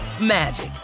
magic